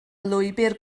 lwybr